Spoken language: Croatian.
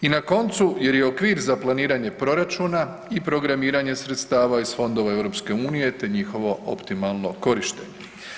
I na koncu jer je okvir za planiranje proračuna i programiranje sredstava iz fondova EU te njihovo optimalno korištenje.